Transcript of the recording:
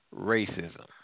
Racism